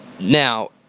Now